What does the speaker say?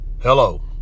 Hello